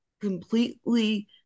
completely